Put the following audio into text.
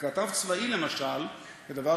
ככתב צבאי, למשל, וזה דבר